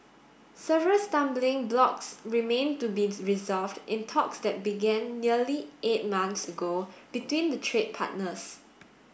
several stumbling blocks remain to be resolved in talks that began nearly eight months ago between the trade partners